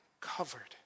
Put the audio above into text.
covered